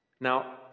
Now